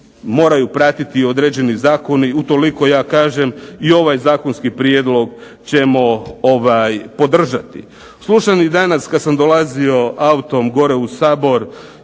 moraju pratiti određeni zakoni. Utoliko ja kažem i ovaj zakonski prijedlog ćemo podržati. Slušam i danas kada sam dolazio autom u Sabor